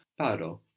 paro